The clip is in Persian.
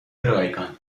رایگان